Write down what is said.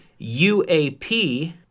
UAP